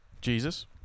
Jesus